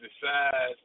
decide